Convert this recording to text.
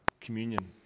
Communion